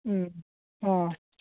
ହଁ ହଁ